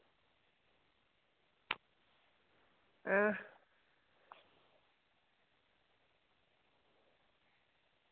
अं